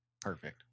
Perfect